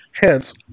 hence